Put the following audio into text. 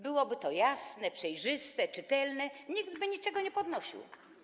Byłoby to jasne, przejrzyste, czytelne, nikt by niczego nie podnosił.